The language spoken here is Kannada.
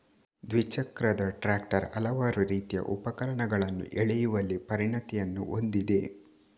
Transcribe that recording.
ದ್ವಿಚಕ್ರದ ಟ್ರಾಕ್ಟರ್ ಹಲವಾರು ರೀತಿಯ ಉಪಕರಣಗಳನ್ನು ಎಳೆಯುವಲ್ಲಿ ಪರಿಣತಿಯನ್ನು ಹೊಂದಿದೆ